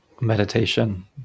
meditation